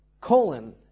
colon